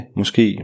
måske